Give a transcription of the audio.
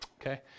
Okay